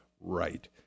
right